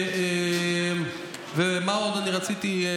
מה עוד רציתי?